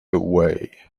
away